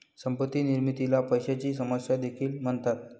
संपत्ती निर्मितीला पैशाची समस्या देखील म्हणतात